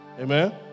Amen